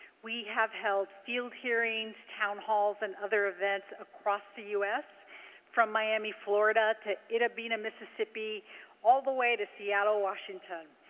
we have held field hearings, town halls, and other events across the u s from miami, florida to itta bena, mississippi all the way to seattle, washington.